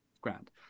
Grand